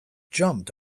jumped